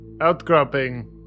outcropping